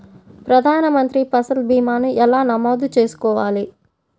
ప్రధాన మంత్రి పసల్ భీమాను ఎలా నమోదు చేసుకోవాలి?